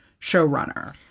showrunner